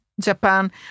Japan